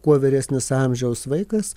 kuo vyresnis amžiaus vaikas